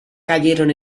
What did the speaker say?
cayeron